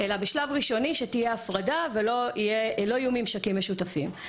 אלא בשלב ראשוני שתהיה הפרדה ולא יהיו ממשקים משותפים.